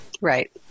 Right